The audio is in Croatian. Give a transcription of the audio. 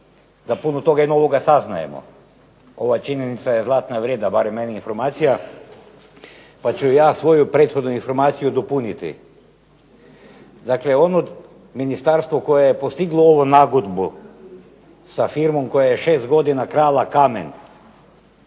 da puno toga u ime ovoga da puno saznajemo. Ova činjenica je zlatna vrijedna, barem meni informacija, pa ću ja svoju prethodnu informaciju dopuniti. Dakle, ono ministarstvo koje je postiglo nagodbu sa firmom koja je 6 godina krala kamen,